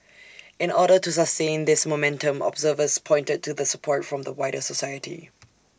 in order to sustain this momentum observers pointed to the support from the wider society